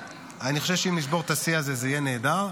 אני חושב שאם נשבור את השיא הזה זה יהיה נהדר.